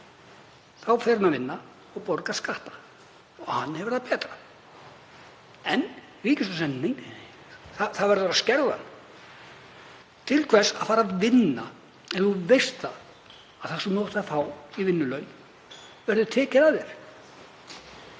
fer hann að vinna og borgar skatta og hann hefur það betra. En ríkisstjórnin segir: Nei, það verður að skerða. Til hvers að fara að vinna ef þú veist að það sem þú átt að fá í vinnulaun verður tekið af þér?